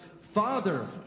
Father